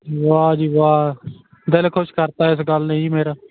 ਵਾਹ ਜੀ ਵਾਹ ਦਿਲ ਖੁਸ਼ ਕਰ ਤਾ ਇਸ ਗੱਲ ਨੇ ਜੀ ਮੇਰਾ